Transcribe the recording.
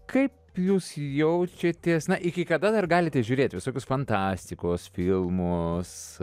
kaip jūs jaučiatės na iki kada dar galite žiūrėti visokius fantastikos filmus